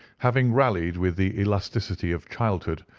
having rallied, with the elasticity of childhood,